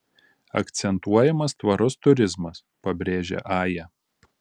akcentuojamas tvarus turizmas pabrėžia aja